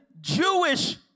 Jewish